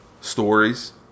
stories